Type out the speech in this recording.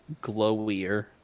glowier